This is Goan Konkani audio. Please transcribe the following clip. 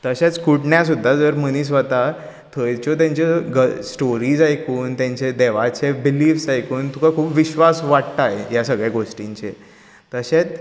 तशेंच कुडण्यां सुद्दां जर मनीस वता थंयच्यों तेंच्यो ग स्टोरीज आयकून तेंचे देवाचे बिलिफ्स आयकून तुका खूब विश्वास वाडटा ह्या सगळ्या गोश्टींचेर तशेंच